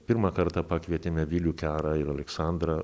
pirmą kartą pakvietėme vilių kerą ir aleksandrą